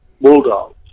bulldogs